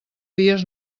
dies